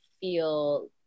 feel